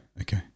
Okay